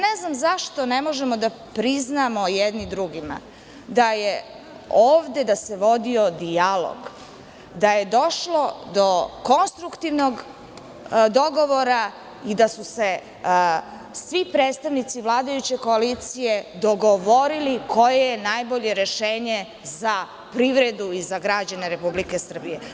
Ne znam zašto ne možemo da priznamo jedni drugima da se ovde vodio dijalog, da je došlo do konstruktivnog dogovora i da su se svi predstavnici vladajuće koalicije dogovorili koje je najbolje rešenje za privredu i građane RS.